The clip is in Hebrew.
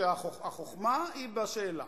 שהחוכמה היא בשאלה.